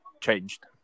changed